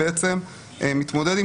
זה חשוב לומר לפרוטוקול.